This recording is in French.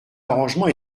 arrangement